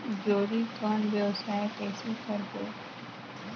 जोणी कौन व्यवसाय कइसे करबो?